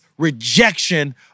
rejection